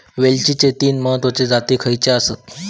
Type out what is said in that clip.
वेलचीचे तीन महत्वाचे जाती खयचे आसत?